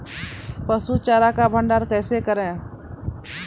पसु चारा का भंडारण कैसे करें?